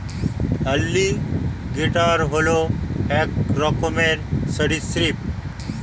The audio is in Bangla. অ্যালিগেটর হল এক রকমের সরীসৃপ